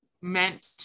meant